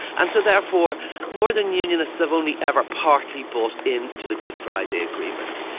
and so therefore northern unionists have only ever partly bought in to the good friday agreement.